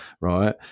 right